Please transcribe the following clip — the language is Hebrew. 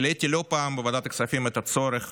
העליתי לא פעם בוועדת הכספים את הצורך